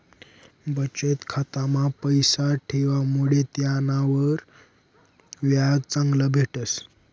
बचत खाता मा पैसा ठेवामुडे त्यानावर व्याज चांगलं भेटस